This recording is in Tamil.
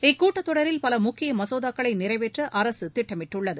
இக்கூட்டத் தொடரில் பல முக்கிய மசோதாக்களை நிறைவேற்ற அரசு திட்டமிட்டுள்ளது